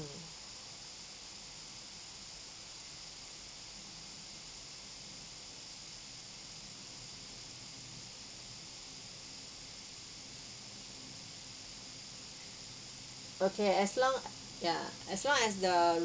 okay as long yeah as long as the